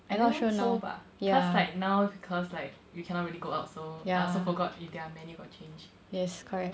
I think so bah cause like now because like you cannot really go out so I also forgot ife their menu got change